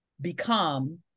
become